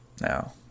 now